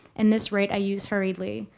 and this right i use hurriedly.